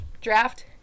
draft